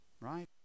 Right